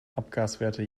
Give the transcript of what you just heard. abgaswerte